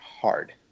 hard